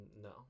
No